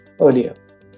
earlier